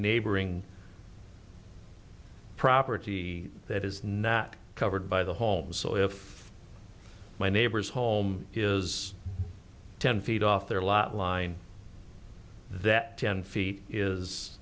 neighboring property that is not covered by the home so if my neighbor's home is ten feet off their lot line that ten feet is